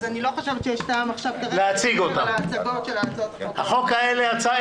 אז אני לא חושבת שיש טעם כרגע להצגות של הצעות החוק האלה.